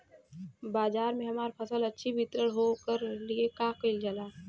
बाजार में हमार फसल अच्छा वितरण हो ओकर लिए का कइलजाला?